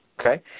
Okay